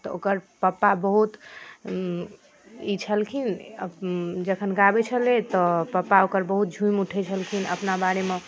तऽ ओकर पप्पा बहुत ई छलखिन जखन गाबै छलै तऽ पप्पा ओकर बहुत झुमि उठै छलखिन अपना बारेमे